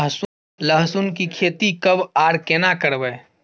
लहसुन की खेती कब आर केना करबै?